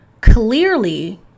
clearly